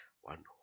one